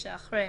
שעה),